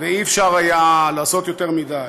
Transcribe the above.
ולא היה אפשר לעשות יותר מדי.